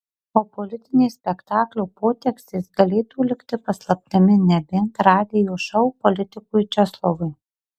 o politinės spektaklio potekstės galėtų likti paslaptimi nebent radijo šou politikui česlovui